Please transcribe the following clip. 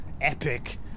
epic